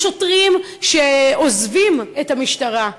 יש שוטרים שעוזבים את המשטרה,